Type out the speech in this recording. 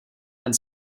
and